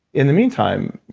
in the meantime,